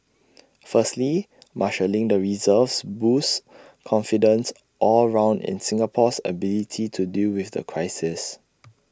firstly marshalling the reserves boosts confidence all round in Singapore's ability to deal with the crisis